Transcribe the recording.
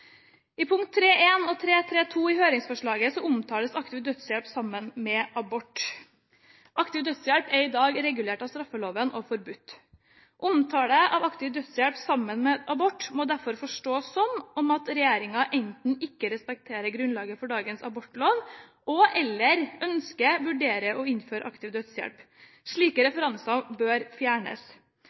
I punkt 3.1 og 3.3.2 i høringsforslaget omtales aktiv dødshjelp sammen med abort. Aktiv dødshjelp er i dag regulert av straffeloven og forbudt. Omtale av aktiv dødshjelp sammen med abort må derfor forstås som at regjeringen enten ikke respekterer grunnlaget for dagens abortlov og/eller ønsker og vurderer å innføre aktiv dødshjelp. Slike referanser bør fjernes.